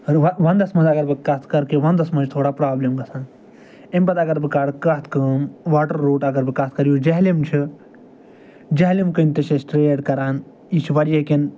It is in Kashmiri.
اَدٕ ونٛدَس منٛز اگر بہٕ کَتھ کَرٕ کہِ ونٛدَس منٛز چھِ تھوڑا پرٛابلِم گژھان اَمہِ پَتہٕ اگر بہٕ کَرٕ کَتھ کٲم واٹَر روٗٹ اگر بہٕ کَتھ کَرٕ یُس جہلِم چھِ جہلِم کِنۍ تہِ چھِ أسۍ ٹرٛیڈ کران یہِ چھِ واریاہہِ کِن